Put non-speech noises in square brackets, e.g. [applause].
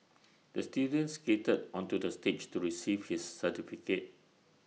[noise] the student skated onto the stage to receive his certificate